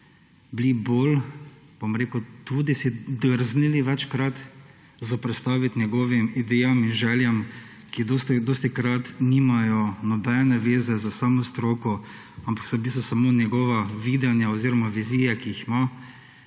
predsednikom vlade, si drznili večkrat zoperstaviti njegovim idejam in željam, ki dostikrat nimajo nobene zveze s samo stroko, ampak so v bistvu samo njegova videnja oziroma vizije, ki jih ima,